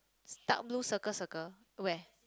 dark blue circle circle where